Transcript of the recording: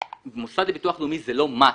מוסד לביטוח לאומי זה לא מס.